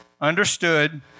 understood